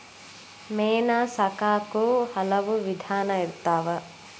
ಮೇನಾ ಸಾಕಾಕು ಹಲವು ವಿಧಾನಾ ಇರ್ತಾವ